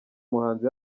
muhanzi